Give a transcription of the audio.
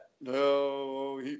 No